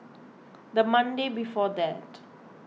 the Monday before that